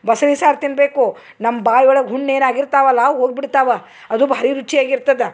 ಬಸಳಿ ಸಾರು ತಿನ್ನಬೇಕು ನಮ್ಮ ಬಾಯೊಳಗ ಹುಣ್ಣು ಏನು ಆಗಿರ್ತಾವಲ್ಲ ಅವ ಹೋಗ್ಬಿಡ್ತಾವ ಅದು ಭಾರಿ ರುಚಿಯಾಗಿರ್ತದೆ